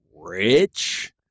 rich